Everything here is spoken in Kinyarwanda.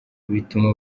bituma